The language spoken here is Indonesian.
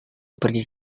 pergi